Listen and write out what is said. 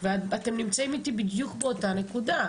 ואתם נמצאים איתי בדיוק באותה נקודה,